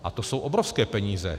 A to jsou obrovské peníze.